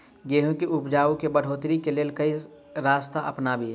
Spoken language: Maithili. गेंहूँ केँ उपजाउ केँ बढ़ोतरी केँ लेल केँ रास्ता अपनाबी?